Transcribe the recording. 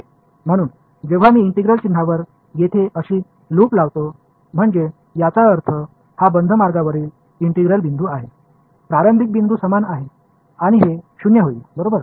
म्हणून जेव्हा मी इंटिग्रल चिन्हावर येथे अशी लूप लावतो म्हणजे याचा अर्थ हा बंद मार्गावरील इंटिग्रल बिंदू आहे प्रारंभिक बिंदू समान आहे आणि हे शून्य होईल बरोबर